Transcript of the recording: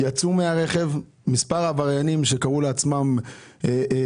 הם יצאו מהרכב מספר עבריינים שקראו לעצמם בלשים,